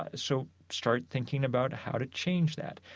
ah so start thinking about how to change that.